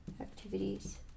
Activities